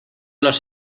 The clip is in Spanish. los